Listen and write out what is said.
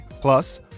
plus